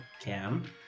Cam